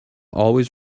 always